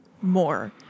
more